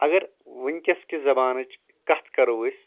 اَگر وُنکیٚس کہِ زمانٕچ کَتھ کرو أسۍ